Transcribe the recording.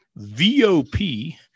VOP